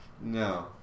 no